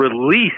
release